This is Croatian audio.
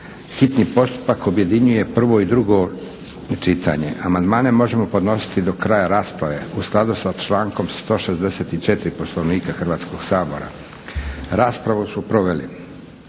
hitni postupak objedinjuje prvo i drugo čitanje. Amandmane možemo podnositi do kraja rasprave u skladu sa člankom 164. Poslovnika Hrvatskog sabora. Raspravu su proveli